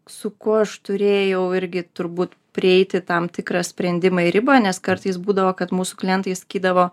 su kuo aš turėjau irgi turbūt prieiti tam tikrą sprendimą ir ribą nes kartais būdavo kad mūsų klientai sakydavo